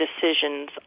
decisions